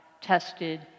tested